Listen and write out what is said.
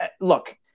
Look